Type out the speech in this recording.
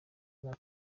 nako